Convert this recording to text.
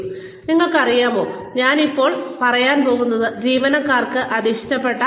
വീണ്ടും നിങ്ങൾക്കറിയാമോ ഞാൻ ഇപ്പോൾ പറയാൻ പോകുന്നത് ജീവനക്കാർക്ക് അത് ഇഷ്ടപ്പെടില്ല